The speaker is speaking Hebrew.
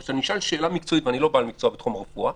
אבל כששאלתי שאלה מקצועית אני לא בעל מקצוע בתחום ברפואה